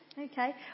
okay